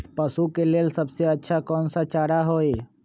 पशु के लेल सबसे अच्छा कौन सा चारा होई?